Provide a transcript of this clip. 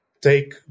take